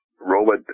robot